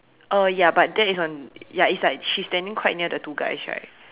uh ya but that is on ya is like she's standing quite near the two guys right